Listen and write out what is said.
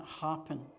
happen